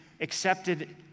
accepted